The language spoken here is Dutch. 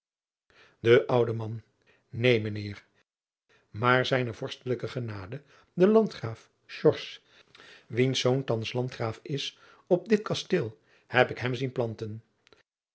e oude an een mijn eer maar zijne vorstelijke genade de andgraaf wiens zoon thans andgraaf is op dit kasteel heb ik hem zien planten